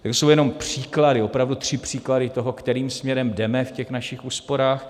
To jsou příklady, opravdu tři příklady toho, kterým směrem jdeme v těch našich úsporách.